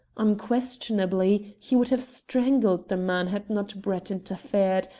unquestionably he would have strangled the man had not brett interfered,